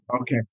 Okay